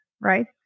right